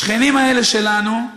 השכנים האלה שלנו,